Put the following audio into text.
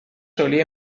solía